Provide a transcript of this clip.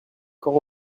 quand